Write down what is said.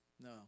No